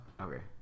Okay